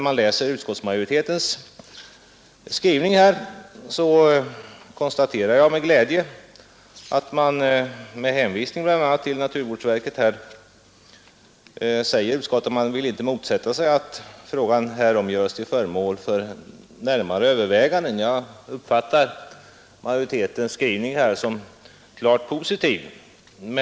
Jag konstaterar med glädje att utskottsmajoriteten med hänvisning bl.a. till naturvårdsverkets yttrande säger att man inte vill motsätta sig att frågan görs till föremål för närmare överväganden. Jag uppfattar den skrivningen 126 som klart positiv.